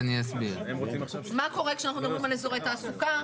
מה קורה כשאנחנו מדברים על אזורי תעסוקה,